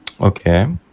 Okay